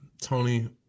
Tony